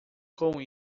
com